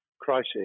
crisis